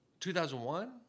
2001